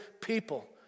people